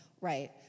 right